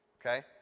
okay